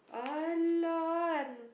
!alah!